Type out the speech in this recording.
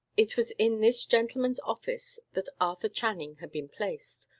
it was in this gentleman's office that arthur channing had been placed,